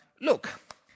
look